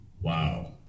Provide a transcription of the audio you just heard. wow